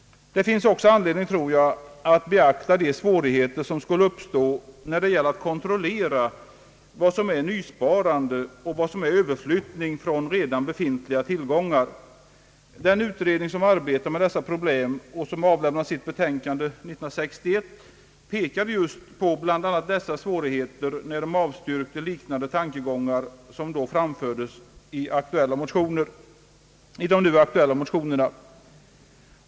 Det finns också anledning att beakta de svårigheter som skulle uppstå när det gäller att kontrollera vad som är nysparande och vad som är överflyttning från redan befintliga tillgångar. Den utredning som arbetat med dessa problem, och som avlämnat sitt betänkande 1961, pekade på bl.a. dessa svårigheter när utredningen då avstyrkte tankegångar liknande dem som framförs i de nu aktuella motionerna.